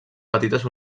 petites